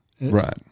Right